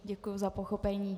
Děkuju za pochopení.